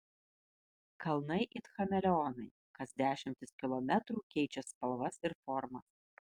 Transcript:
kalnai it chameleonai kas dešimtis kilometrų keičia spalvas ir formas